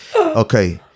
Okay